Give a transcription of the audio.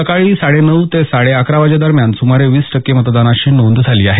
सकाळी साडे नऊ ते साडे अकरा वाजेदरम्यान सुमारे वीस टक्के मतदानाची इथं नोंद झाली आहे